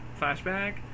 flashback